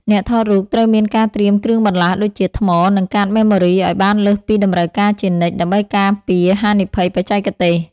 អ្នកថតរូបត្រូវមានការត្រៀមគ្រឿងបន្លាស់ដូចជា ថ្ម និងកាតម៉េម៉ូរីឱ្យបានលើសពីតម្រូវការជានិច្ច ដើម្បីការពារហានិភ័យបច្ចេកទេស។